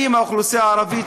אם האוכלוסייה הערבית,